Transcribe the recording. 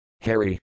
Harry